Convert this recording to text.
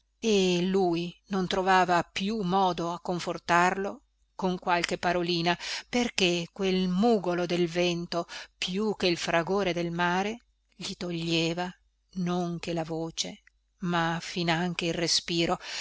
e lui non trovava più modo a confortarlo con qualche parolina perché quel mugolo del vento più che il fragore del mare gli toglieva non che la voce ma finanche il respiro